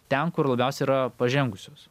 ten kur labiausiai yra pažengusios